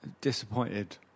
disappointed